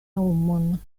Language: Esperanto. nomon